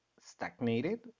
stagnated